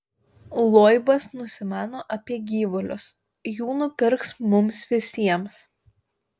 loibas nusimano apie gyvulius jų nupirks mums visiems